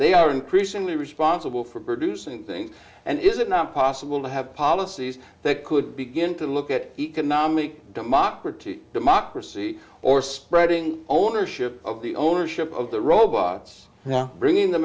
they are increasingly responsible for producing things and is it not possible to have policies that could begin to look at economic democracy democracy or spreading ownership of the ownership of the robots well bringing the